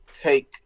take